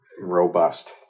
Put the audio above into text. Robust